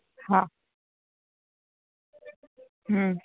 હા હમ